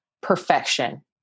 perfection